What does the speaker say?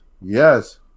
Yes